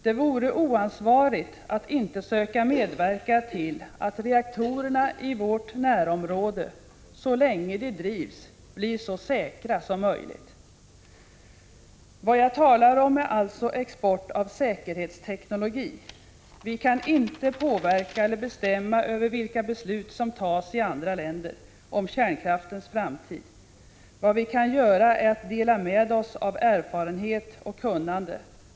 Det vore oansvarigt att inte söka medverka till att reaktorerna i vårt närområde så länge de drivs blir så säkra som möjligt. Vad jag talar om är alltså export av säkerhetsteknologi. Vi kan inte påverka eller bestämma över vilka beslut som fattas i andra länder om kärnkraftens framtid. Vad vi kan göra är att dela med oss av erfarenhet och kunnande.